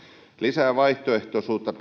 lisää vaihtoehtoisuutta